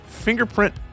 fingerprint